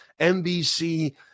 NBC